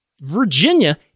Virginia